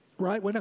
Right